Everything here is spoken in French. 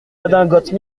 redingotes